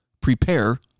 Prepare